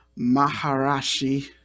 Maharashi